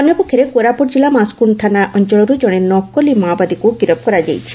ଅନ୍ୟପକ୍ଷରେ କୋରାପୁଟ ଜିଲ୍ଲା ମାଛକୁଣ୍ ଥାନା ଅଞ୍ଚଳର୍ ଜଣେ ନକଲି ମାଓବାଦୀକୁ ଗିରଫ କରାଯାଇଛି